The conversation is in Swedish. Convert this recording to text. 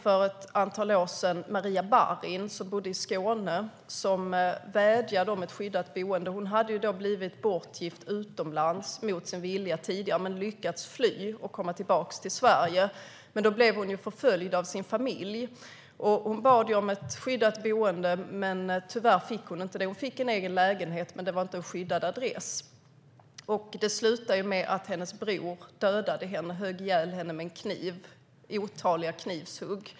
För ett antal år sedan vädjade Maria Barin om ett skyddat boende. Hon bodde i Skåne. Hon hade tidigare blivit bortgift mot sin vilja utomlands men lyckats fly och komma tillbaka till Sverige, men hon blev förföljd av sin familj. Hon bad om ett skyddat boende, men tyvärr fick hon inte det. Hon fick en egen lägenhet, men det var inte en skyddad adress. Det slutade med att hennes bror dödade henne. Han högg ihjäl henne med en kniv - otaliga knivhugg.